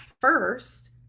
first